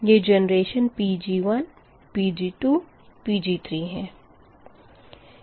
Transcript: यह generation Pg1 Pg2 Pg3 है